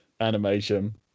animation